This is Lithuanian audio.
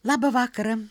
labą vakarą